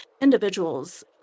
individuals